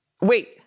wait